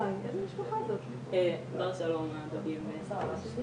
היא ביקשה לדעת מה היטל ההשבחה הממוצע למגורים היום.